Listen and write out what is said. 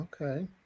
Okay